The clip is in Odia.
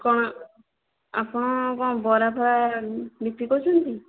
କ'ଣ ଆପଣ କ'ଣ ବରାଫରା ବିକ୍ରି କରୁଛନ୍ତି